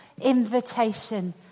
invitation